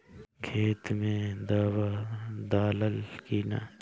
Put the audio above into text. खेत मे दावा दालाल कि न?